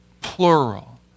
plural